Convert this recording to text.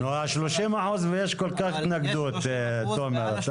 30% ויש כל כך התנגדות, תומר, אתה